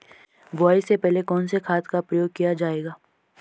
बुआई से पहले कौन से खाद का प्रयोग किया जायेगा?